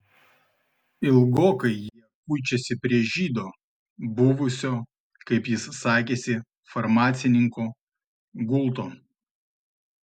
ilgokai jie kuičiasi prie žydo buvusio kaip jis sakėsi farmacininko gulto